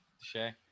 Shay